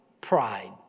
pride